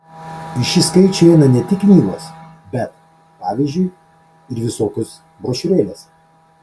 į šį skaičių įeina ne tik knygos bet pavyzdžiui ir visokios brošiūrėlės